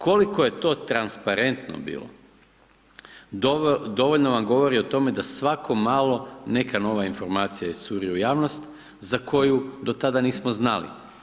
Koliko je to transparentno bilo, dovoljno vam govori o tome da svako malo neka nova informacija iscuri u javnost za koju do tada nismo znali.